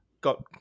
got